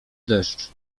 deszcz